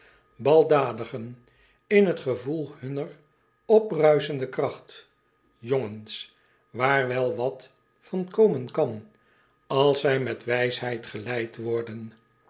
baldadigen in t gevoel hunner opbruisende kracht jongens waar wel wat van komen kan als zij met wijsheid geleid worden